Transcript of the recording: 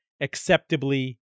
acceptably